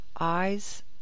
eyes